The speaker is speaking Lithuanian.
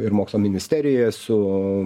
ir mokslo ministerijoje su